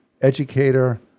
educator